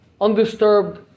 undisturbed